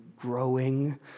growing